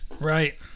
Right